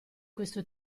questo